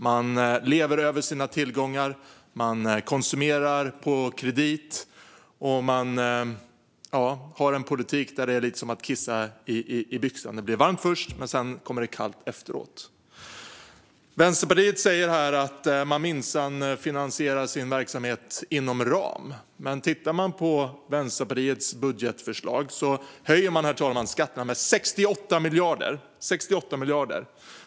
Man lever över sina tillgångar, konsumerar på kredit och har en politik som är lite som att kissa i byxan - det blir varmt först, men det kommer kallt efteråt. Vänsterpartiet säger att man minsann finansierar sin verksamhet inom ram. Men tittar man på Vänsterpartiets budgetförslag ser man, herr talman, att de höjer skatterna med 68 miljarder.